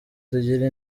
tugira